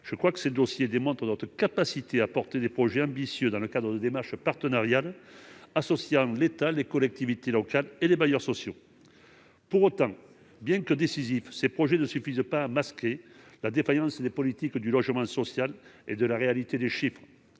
Ces dossiers me semblent démontrer notre capacité à développer des projets ambitieux dans le cadre de démarches partenariales associant l'État, les collectivités locales et les bailleurs sociaux. Pour autant, bien que décisifs, ces projets ne suffisent pas à masquer la défaillance des politiques de logement social et la réalité des chiffres.